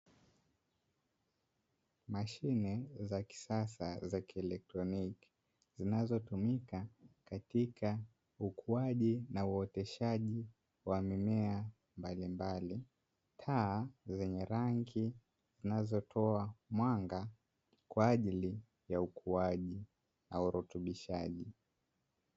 Mashine za kisasa za kielektroniki zinazotumika katika ukuaji na uoteshaji wa mimea mbalimbali. Taa zenye rangi zinazotoa mwanga kwa ajili ya ukuaji na urutubishaji.